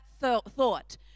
thought